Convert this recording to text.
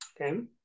Okay